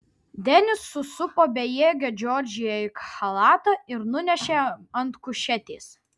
denis susupo bejėgę džordžiją į chalatą ir nunešė ant kušetės